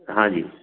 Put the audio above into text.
हां जी